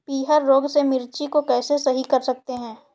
पीहर रोग से मिर्ची को कैसे सही कर सकते हैं?